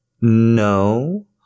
No